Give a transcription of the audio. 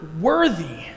worthy